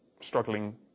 struggling